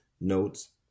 notes